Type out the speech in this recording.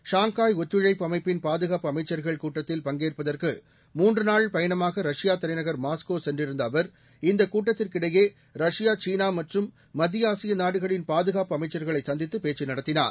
Shanghai ஒத்துழைப்பு அமைப்பின் பாதுகாப்பு அமைச்சர்கள் கூட்டத்தில் பங்கேற்பதற்கு மூன்று நாள் பயணமாக ரஷ்பா தலைநகா மாஸ்கோ சென்றிருந்த அவா் இந்த கூட்டத்திற்கு இடையே ரஷ்பா சீனா மற்றும் மத்திய ஆசிய நாடுகளின் பாதுகாப்பு அமைச்சர்களை சந்தித்து பேச்சு நடத்தினார்